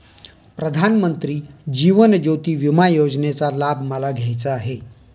प्रधानमंत्री जीवन ज्योती विमा योजनेचा लाभ मला घ्यायचा आहे